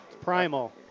Primal